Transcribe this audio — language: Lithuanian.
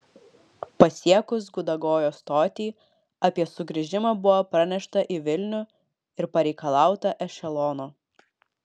pasiekus gudagojo stotį apie sugrįžimą buvo pranešta į vilnių ir pareikalauta ešelono